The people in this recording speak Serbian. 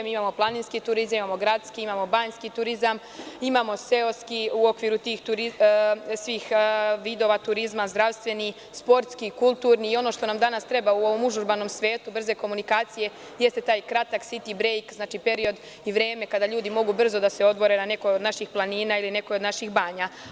Imamo planinski turizam, gradski, banjski, seoski u okviru tih svih vidova turizma, zdravstveni, sportski, kulturni i ono što nam danas treba u ovom užurbanom svetu brze komunikacije jeste taj kratak „siti brejk“, znači period i vreme kada ljudi mogu brzo da se odmore na nekoj od naših planina ili u nekoj od naših banja.